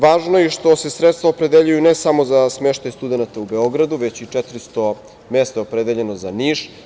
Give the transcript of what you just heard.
Važno je i što se sredstava opredeljuju ne samo za smeštaj studenata u Beogradu već i 400 mesta je opredeljeno za Niš.